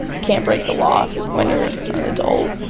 can't break the law when you're an adult,